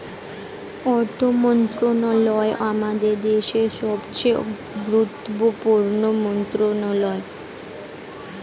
অর্থ মন্ত্রণালয় আমাদের দেশের সবচেয়ে গুরুত্বপূর্ণ মন্ত্রণালয়